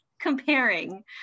comparing